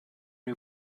new